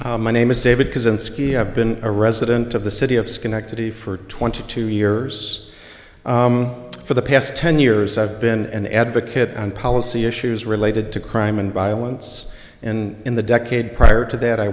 kaczynski my name is david kaczynski have been a resident of the city of schenectady for twenty two years for the past ten years i've been an advocate on policy issues related to crime and violence and in the decade prior to that i